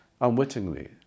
unwittingly